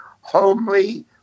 homely